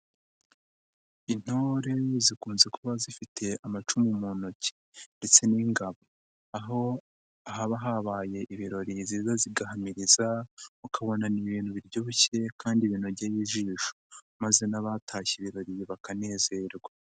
Intore zikunze kuba zifite amacumu mu ntoki ndetse n'ingabo, aho ahaba habaye ibirori ziza zigahamiriza, ukabona ibintu biryoshye kandi binogeye ijisho maze n'abatashye ibirori bakanezerwa.